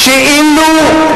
שאילו,